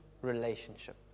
relationship